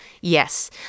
Yes